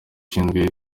ushinzwe